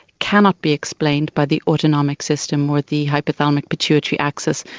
cannot be explained by the autonomic system or the hypothalamic pituitary axis.